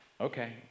okay